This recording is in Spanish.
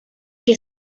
que